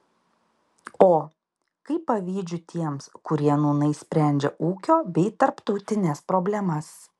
o kaip pavydžiu tiems kurie nūnai sprendžia ūkio bei tarptautines problemas